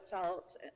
felt